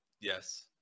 yes